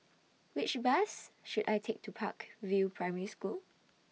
Which Bus should I Take to Park View Primary School